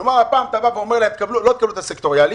כלומר, אתה בא ואומר להם לא תקבלו את הסקטוריאלי